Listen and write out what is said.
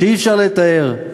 שאי-אפשר לתאר.